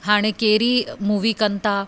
हाणे कहिड़ी मूवी कनि था